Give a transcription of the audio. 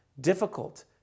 difficult